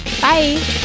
bye